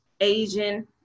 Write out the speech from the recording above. Asian